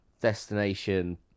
destination